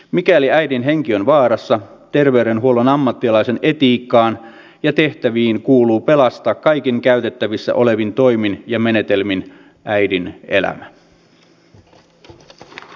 mikäli äidin henki on vaarassa terveydenhuollon ammattilaisen etiikkaan ja tehtäviin kuuluu pelastaa kaikin käytettävissä olevin toimin ja menetelmin äidin elämä